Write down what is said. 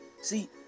See